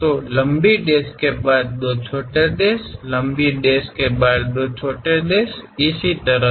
तो लंबी डैश के बाद दो छोटे डैश लंबे डैश के बाद दो डैश और इसी तरह से